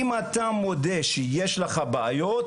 אם אתה מודה שיש לך בעיות,